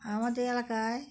আমাদের এলাকায়